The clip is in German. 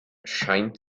scheint